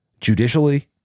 judicially